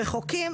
רחוקים.